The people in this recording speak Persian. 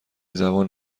زبان